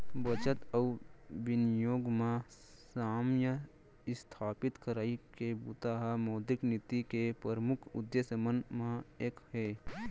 बचत अउ बिनियोग म साम्य इस्थापित करई के बूता ह मौद्रिक नीति के परमुख उद्देश्य मन म एक हे